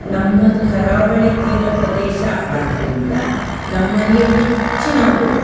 ನಮ್ಮದು ಕರಾವಳಿ ತೀರ ಪ್ರದೇಶ ಆದ್ದರಿಂದ ನಮ್ಮಲ್ಲಿ ಹೆಚ್ಚಿನವರು